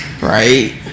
Right